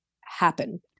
happen